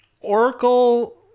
Oracle